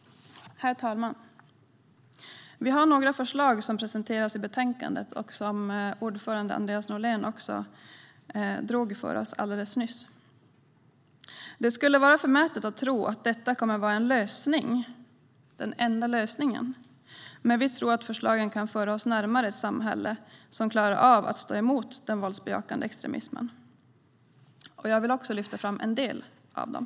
Herr talman! Vi har några förslag som presenteras i betänkandet och som utskottets ordförande Andreas Norlén redogjorde för alldeles nyss. Det skulle vara förmätet att tro att detta kommer att vara den enda lösningen, men vi tror att förslagen kan föra oss närmare ett samhälle som klarar av att stå emot den våldsbejakande extremismen. Jag vill också lyfta fram en del av dem.